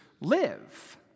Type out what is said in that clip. live